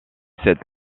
cette